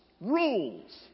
Rules